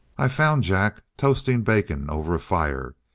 i found jack toasting bacon over a fire.